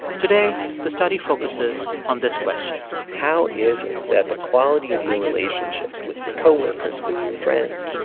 today, the study focuses on this question how is it that the quality of your relationships with your co-workers, with your friends,